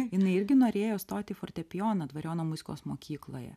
jinai irgi norėjo stot į fortepijoną dvariono muzikos mokykloje